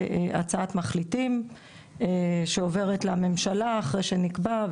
הצעת מחליטים שעוברת לממשלה אחרי שנקבע.